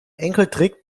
enkeltrick